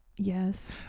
Yes